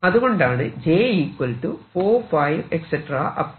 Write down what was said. അതുകൊണ്ടാണ് j 45